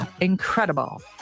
incredible